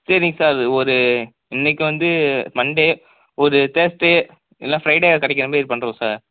சரிங்க சார் ஒரு இன்றைக்கு வந்து மண்டே ஒரு தேர்ஸ்டே இல்லைனா ஃப்ரைடே கிடைக்கிற மாரி பண்ணுறோம் சார்